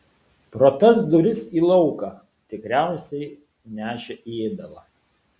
pro tas duris į lauką tikriausiai nešė ėdalą